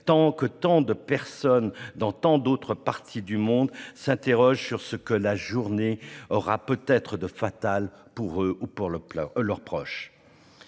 tant de personnes dans tant d'autres parties du monde s'interrogent sur ce que la journée aura peut-être de fatal pour elles ou pour leurs proches.